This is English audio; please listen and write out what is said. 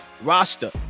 roster